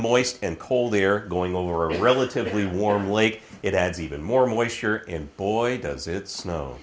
moist and cold air going over relatively warm lake it adds even more moisture and boy does it snow